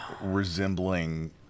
resembling